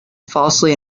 falsely